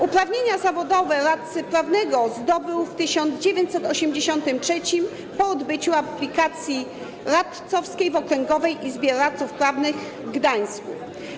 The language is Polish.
Uprawnienia zawodowe radcy prawnego zdobył w 1983 r. po odbyciu aplikacji radcowskiej w Okręgowej Izbie Radców Prawnych w Gdańsku.